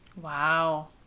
Wow